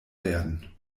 werden